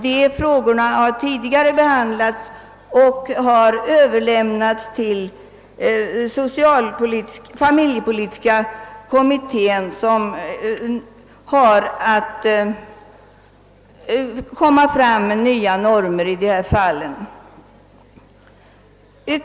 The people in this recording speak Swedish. Dessa förslag har överlämnats till familjepolitiska kommittén, som alltså har att utarbeta förslag till nya normer i dessa fall.